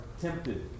tempted